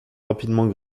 rapidement